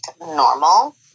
normal